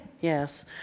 Yes